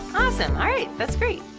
awesome! alright, that's great!